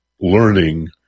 learning